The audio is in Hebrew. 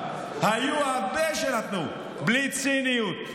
היו הרבה שנתנו בלי ציניות.